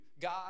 God